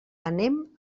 anem